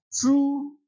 True